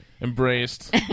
embraced